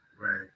right